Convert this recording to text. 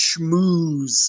schmooze